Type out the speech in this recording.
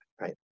right